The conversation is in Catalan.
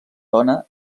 dona